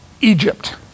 egypt